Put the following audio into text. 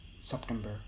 September